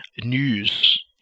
news